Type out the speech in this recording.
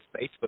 Facebook